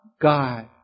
God